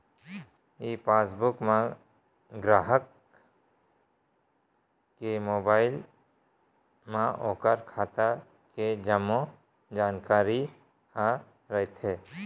ई passbook म गराहक के मोबाइल म ओकर खाता के जम्मो जानकारी ह रइथे